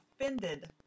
offended